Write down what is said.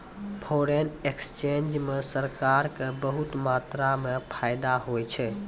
foreign exchange म सरकार क बहुत मात्रा म फायदा होय छै